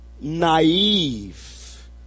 naive